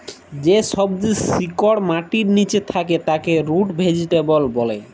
যে সবজির শিকড় মাটির লিচে থাক্যে তাকে রুট ভেজিটেবল ব্যলে